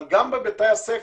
אבל גם בבית הספר,